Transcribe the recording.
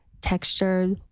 texture